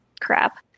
crap